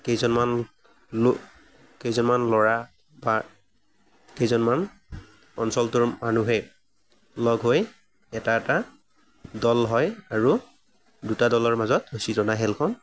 কেইজনমান লোক কেইজনমান ল'ৰা বা কেইজনমান অঞ্চলটোৰ মানুহে লগ হৈ এটা এটা দল হয় আৰু দুটা দলৰ মাজত ৰচী টনা খেলখন